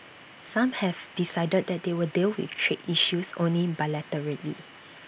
some have decided that they will deal with trade issues only bilaterally